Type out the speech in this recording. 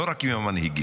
לא רק עם המנהיגים.